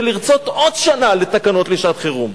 ולרצות עוד שנה לתקנות לשעת-חירום.